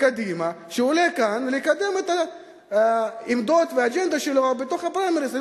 קדימה שעולה לכאן לקדם את העמדות והאג'נדה שלו בפריימריס.